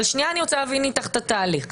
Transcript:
אבל אני רוצה להבין איתך את התהליך.